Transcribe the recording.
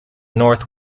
north